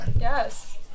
Yes